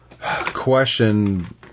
question